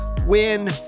Win